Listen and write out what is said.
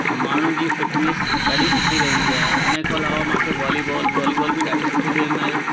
माण्हुनि जी फिटनेस ॾाढी सुठी रहंदी आहे इन खां अलावा मूंखे वॉलीबॉल वॉलीबॉल बि ॾाढी सुठी गेम आहे